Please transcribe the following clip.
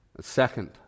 Second